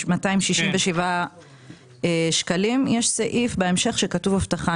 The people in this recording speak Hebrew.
21,267 שקלים יש סעיף בהמשך שכתוב: אבטחה.